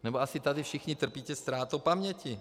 Nebo asi tady všichni trpíte ztrátou paměti.